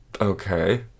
Okay